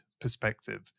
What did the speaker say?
perspective